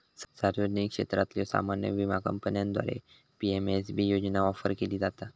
सार्वजनिक क्षेत्रातल्यो सामान्य विमा कंपन्यांद्वारा पी.एम.एस.बी योजना ऑफर केली जाता